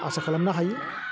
आसा खालामनो हायो